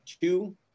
two